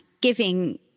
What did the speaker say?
giving